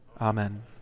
Amen